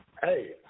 Hey